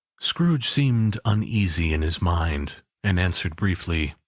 scrooge seemed uneasy in his mind and answered briefly,